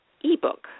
e-book